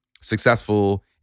successful